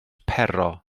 pero